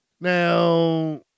Now